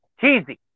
Cheesy